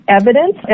evidence